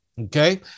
okay